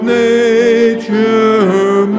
nature